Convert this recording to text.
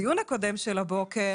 בדיון הקודם הבוקר,